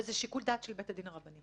וזה שיקול דעת של בית הדין הרבני.